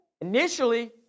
initially